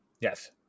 Yes